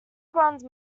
bronze